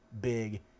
big